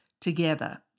together